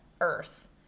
Earth